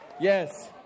Yes